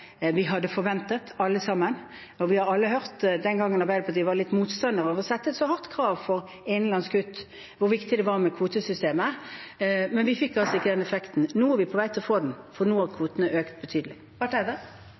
vi alle hadde forventet. Vi hørte alle, den gangen Arbeiderpartiet var litt motstander av å sette et så hardt krav til innenlandske kutt, hvor viktig det var med kvotesystemet. Men vi fikk altså ikke den effekten. Nå er vi på vei til å få den, for nå har kvotene økt betydelig. Espen Barth Eide